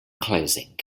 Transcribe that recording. closing